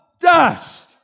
dust